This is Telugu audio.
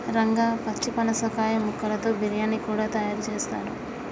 రంగా పచ్చి పనసకాయ ముక్కలతో బిర్యానీ కూడా తయారు చేస్తారు